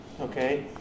Okay